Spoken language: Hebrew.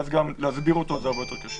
כאשר אירועים כוללים גם חתונות.